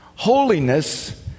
Holiness